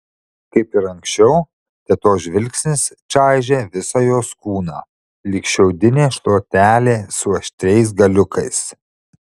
kaip ir anksčiau tetos žvilgsnis čaižė visą jos kūną lyg šiaudinė šluotelė su aštriais galiukais